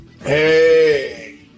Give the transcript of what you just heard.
Hey